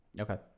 Okay